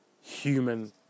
human